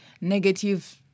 negative